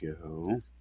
go